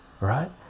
right